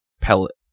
pellet